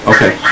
Okay